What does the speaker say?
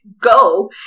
go